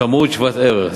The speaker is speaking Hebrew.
בשמאות שוות-ערך.